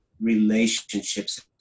relationships